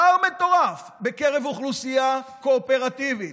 פער מטורף בקרב אוכלוסייה קואופרטיבית,